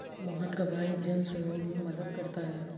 मोहन का भाई जन सहयोग में मदद करता है